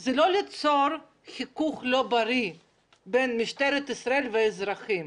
זה לא ליצור חיכוך לא בריא בין משטרת ישראל והאזרחים.